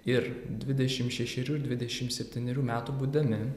ir dvidešim šešerių ir dvidešim septynerių metų būdami